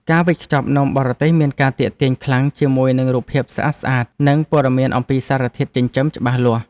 ការវេចខ្ចប់នំបរទេសមានភាពទាក់ទាញខ្លាំងជាមួយនឹងរូបភាពស្អាតៗនិងព័ត៌មានអំពីសារធាតុចិញ្ចឹមច្បាស់លាស់។